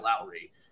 Lowry